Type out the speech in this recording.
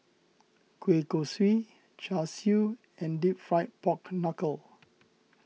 Kueh Kosui Char Siu and Deep Fried Pork Knuckle